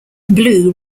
blue